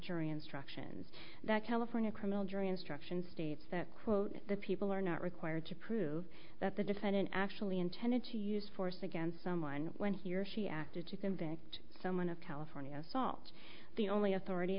jury instructions that california criminal jury instructions states that quote the people are not required to prove that the defendant actually intended to use force against someone when he or she acted to convict someone of california assault the only authority